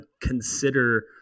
consider